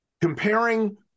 comparing